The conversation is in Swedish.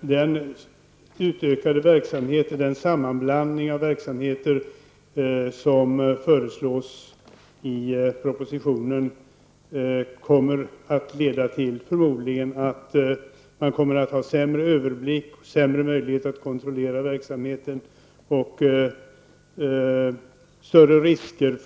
Den utökade verksamhet och den sammanblandning av verksamheter som föreslås i propositionen kommer förmodligen att leda till att överblicken och möjligheten att kontrollera verksamheten blir sämre. Risken